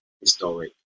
historic